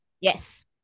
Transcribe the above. Yes